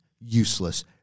useless